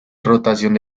rotación